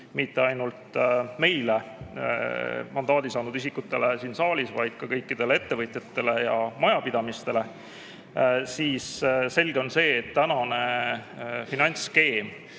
mitte ainult meile, mandaadi saanud isikutele siin saalis, vaid ka kõikidele ettevõtjatele ja majapidamistele. Selge on see, et tänane finantsskeem